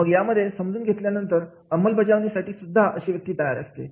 मग यामध्ये समजून घेतल्यानंतर अंमलबजावणीसाठी सुद्धा अशी व्यक्ती तयार असते